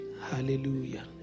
Hallelujah